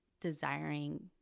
desiring